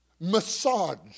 Massage